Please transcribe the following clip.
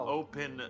open